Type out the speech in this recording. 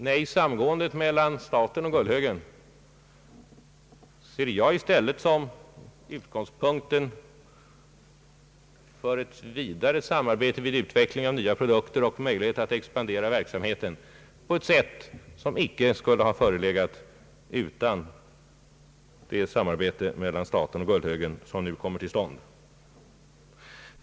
Nej, samgåendet mellan staten och Gullhögen ser jag i stället såsom utgångspunkten för ett vidare samarbete vid utveckling av nya produkter och beträffande möjligheterna att expandera verksamheten på ett sätt som inte skulle ha förelegat utan det samarbete mellan staten och Gullhögen som nu kommit till stånd.